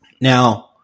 Now